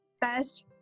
Best